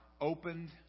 opened